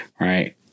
Right